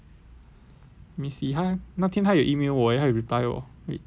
me see 他那天他有 email 我 eh 他有 reply 我 wait err